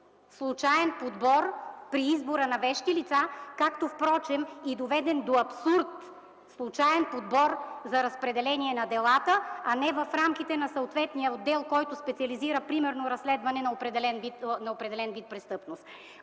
случаен подбор при избора на вещи лица, както впрочем и доведен до абсурд случаен подбор за разпределение на делата, а не в рамките на съответния отдел, който специализира примерно разследване на определен вид престъпност.